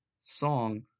Song